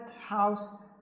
House